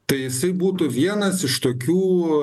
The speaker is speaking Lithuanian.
tai jisai būtų vienas iš tokių